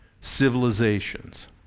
civilizations